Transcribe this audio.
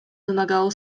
wymagało